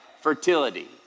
fertility